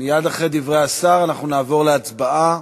מייד אחרי דברי השר אנחנו נעבור להצבעה.